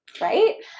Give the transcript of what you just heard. right